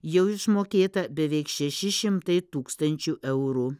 jau išmokėta beveik šeši šimtai tūkstančių eurų